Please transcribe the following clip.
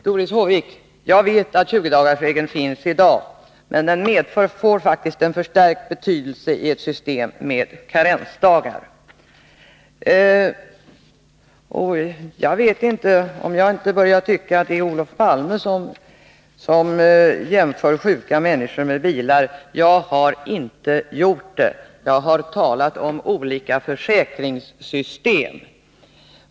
Fru talman! Jag vet att 20-dagarsregeln finns i dag, Doris Håvik, men den får faktiskt en förstärkt betydelse i ett system med karensdagar. Jag börjar tycka att det är Olof Palme som jämför sjuka människor med bilar. Det har inte jag gjort, utan jag har talat om olika försäkringssystem.